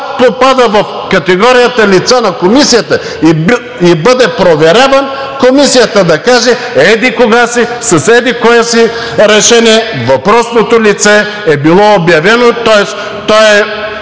попадне в категорията лица на Комисията и бъде проверяван, Комисията да каже – еди-кога си, с еди-кое си решение въпросното лице е било обявено, тоест той е